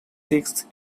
sixth